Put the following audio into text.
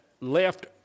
Left